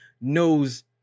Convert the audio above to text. knows